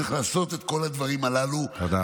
צריך לעשות את כל הדברים הללו, תודה רבה.